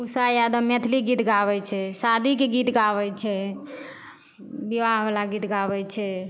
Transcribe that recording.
उषा यादव मैथिली गीत गाबै छै शादीके गीत गाबै छै विवाहवला गीत गाबै छै